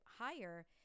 higher